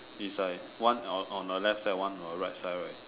is like one on on the left one on the right side right